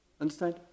Understand